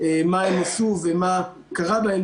מה הן עשו ומה קרה בהן.